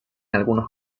algunos